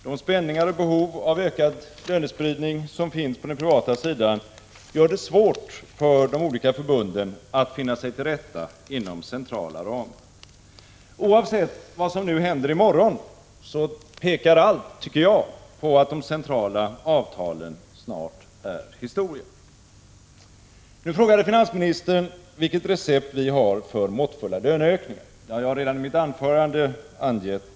De spänningar och de behov av ökad lönespridning som finns på den privata sidan gör det svårt för de olika förbunden att finna sig till rätta inom centrala ramar. Oavsett vad som nu händer i morgon pekar, enligt min mening, allt på att de centrala avtalen snart är historia. Finansministern frågade vilket recept vi har för måttfulla löneökningar. Jag angav receptet redan i mitt huvudanförande.